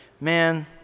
man